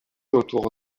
autour